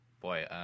Boy